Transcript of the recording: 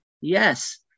Yes